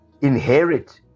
inherit